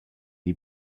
die